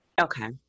Okay